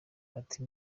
ati